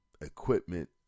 equipment